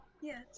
Yes